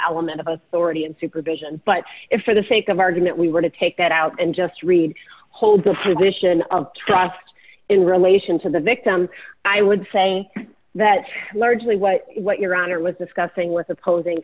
element of authority and supervision but if for the sake of argument we were to take that out and just read hold the position of trust in relation to the victim i would say that largely what what your honor was discussing with opposing